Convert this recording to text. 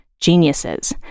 geniuses